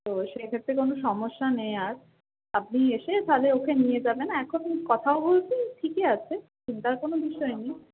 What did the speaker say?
তো সেক্ষেত্রে কোনো সমস্যা নেই আর আপনি এসে তাহলে ওকে নিয়ে যাবেন এখন কথাও বলছে ঠিকই আছে চিন্তার কোনো বিষয় নেই